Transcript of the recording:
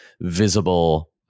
visible